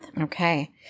Okay